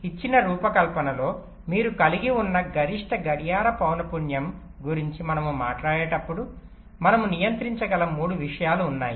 కాబట్టి ఇచ్చిన రూపకల్పనలో మీరు కలిగి ఉన్న గరిష్ట గడియార పౌన పున్యం గురించి మనము మాట్లాడేటప్పుడు మనము నియంత్రించగల 3 విషయాలు ఉన్నాయి